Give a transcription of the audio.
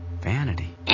vanity